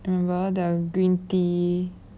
remember the green tea